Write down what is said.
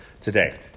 today